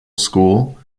school